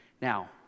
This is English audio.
Now